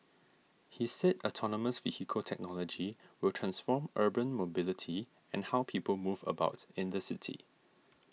he said autonomous vehicle technology will transform urban mobility and how people move about in the city